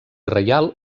reial